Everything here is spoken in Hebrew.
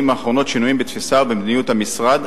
האחרונות שינויים בתפיסה ובמדיניות המשרד,